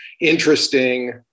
interesting